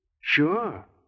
Sure